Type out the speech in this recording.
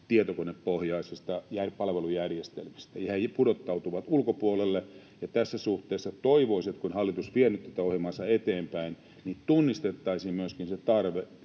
tietokonepohjaisista palvelujärjestelmistä, ja he pudottautuvat ulkopuolelle. Tässä suhteessa toivoisi, että kun hallitus vie nyt tätä ohjelmaansa eteenpäin, niin tunnistettaisiin myöskin se tarve